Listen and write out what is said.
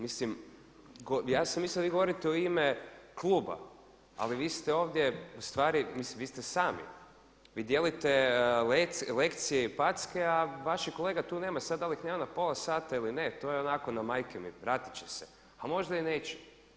Mislim ja sam mislio da vi govorite u ime kluba, ali vi ste ovdje ustvari, mislim vi ste sami, vi dijelite lekcije i packe a vaših kolega tu nema, sad dal ih nema na pola sata ili ne to je onako na majke mi, vratit će se, a možda i neće.